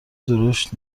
درشت